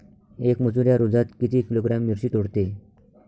येक मजूर या रोजात किती किलोग्रॅम मिरची तोडते?